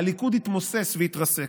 הליכוד התמוסס והתרסק,